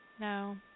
No